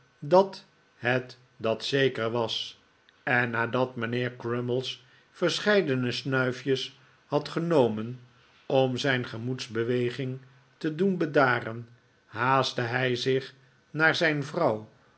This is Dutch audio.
dat het dat zeker was en nadat mijnheer crummies verscheidene snuif jes had genomen om zijn gemoedsbeweging te doen bedaren haastte hij zich naar zijn vrouw